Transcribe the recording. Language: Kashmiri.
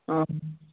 اۭں